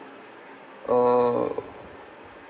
uh